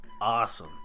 awesome